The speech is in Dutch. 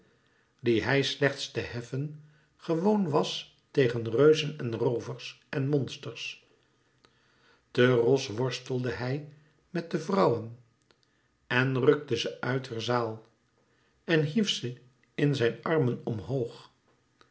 dien hij slechts te heffen gewoon was tegen reuzen en roovers en monsters te ros worstelde hij met de vrouwen en rukte ze uit het zaâl en hief ze in zijn armen omhoog